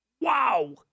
Wow